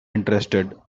interested